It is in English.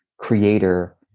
creator